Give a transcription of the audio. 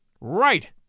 Right